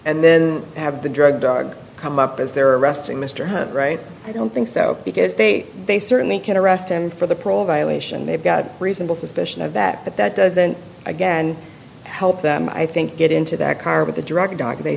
and then have the drug dog come up as they're arresting mr hunt right i don't think so because they they certainly can arrest him for the parole violation they've got a reasonable suspicion of that but that doesn't again help them i think get into that car with